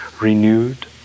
renewed